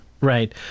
Right